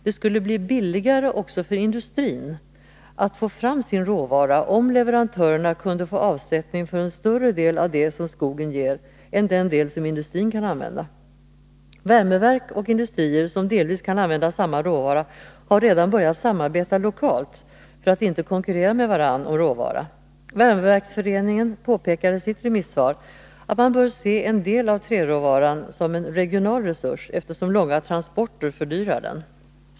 Det skulle bli billigare också för industrin att få 174 fram sin råvara, om leverantörerna kunde få avsättning för en större del av det som skogen ger än den del som industrin kan använda. Värmeverk och industrier som delvis kan använda samma råvara har redan börjat samarbeta lokalt för att inte konkurrera med varandra om råvaran. Värmeverksföreningen påpekar i sitt remissvar att man bör se en del av träråvaran som en regional resurs, eftersom långa transporter fördyrar den.